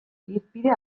irizpide